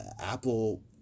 apple